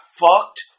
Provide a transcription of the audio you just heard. fucked